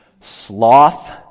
Sloth